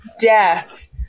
death